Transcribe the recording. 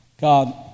God